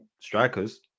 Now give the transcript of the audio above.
strikers